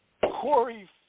Corey